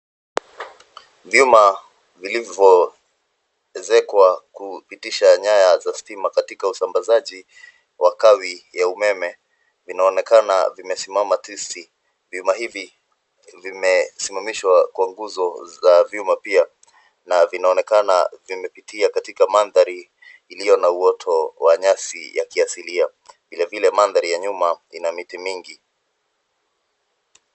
Vyuma vilivyoezekwa kupitisha nyaya za stima katika usambazaji wa kawi ya umeme vinaonekana vimesimama tisti, vyuma hivi vimesimamishwa kwa nguzo za vyuma pia na vinaonekana vimepitia katika manthari ilio na uoto wa nyasi ya kiasilia vile vile manthari ya nyuma ina miti mingi.